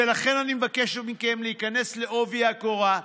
ולכן אני מבקש מכם להיכנס בעובי הקורה.